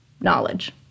knowledge